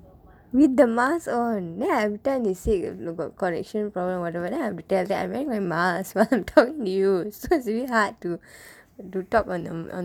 with the mask on then every time they say you got connection problem whatever then I've to tell them I wearing my mask while talking to you so it's really hard to talk on um